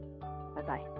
Bye-bye